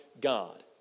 God